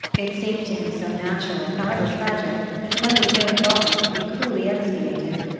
it seemed to him so natural however tragic that money ill-gotten should be cruelly expiated,